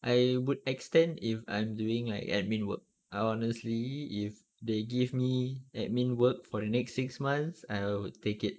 I would extend if I'm doing like admin work ah honestly if they give me admin work for the next six months I'd take it